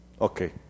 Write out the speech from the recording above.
Okay